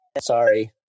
Sorry